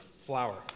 Flour